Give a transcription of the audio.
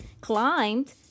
climbed